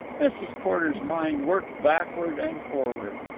mrs. porter's mind worked backward and forward.